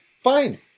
fine